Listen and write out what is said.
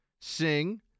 sing